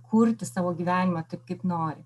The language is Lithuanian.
kurti savo gyvenimą taip kaip nori